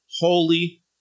holy